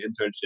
internship